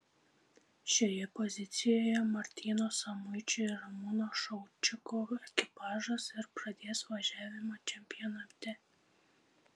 šioje pozicijoje martyno samuičio ir ramūno šaučikovo ekipažas ir pradės važiavimą čempionate